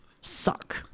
suck